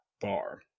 bar